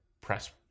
press